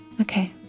okay